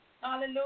Hallelujah